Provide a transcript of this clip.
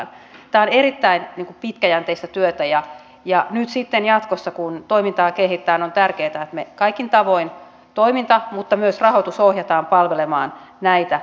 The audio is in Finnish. tämä on erittäin pitkäjänteistä työtä ja nyt sitten jatkossa kun toimintaa kehitetään on tärkeätä että kaikin tavoin toiminta mutta myös rahoitus ohjataan palvelemaan näitä painopisteitä